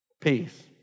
Peace